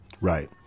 right